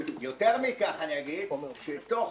יותר מכך תוך